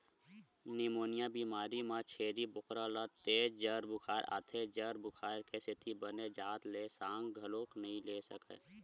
pneumonia बेमारी म छेरी बोकरा ल तेज जर बुखार आथे, जर बुखार के सेती बने जात ले सांस घलोक नइ ले सकय